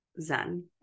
zen